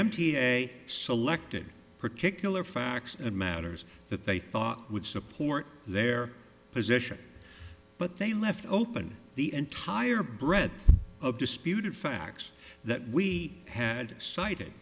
a selected particular facts and matters that they thought would support their position but they left open the entire breadth of disputed facts that we had cited